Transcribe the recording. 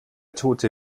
tote